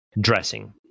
dressing